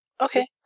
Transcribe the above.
Okay